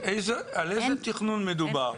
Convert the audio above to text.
אז על איזה תכנון מדובר?